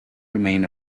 remain